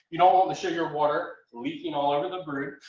you don't want the sugar water leaking all over the brood.